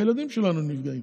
הילדים שלנו נפגעים,